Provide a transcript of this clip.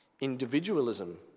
individualism